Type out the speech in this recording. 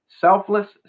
selfless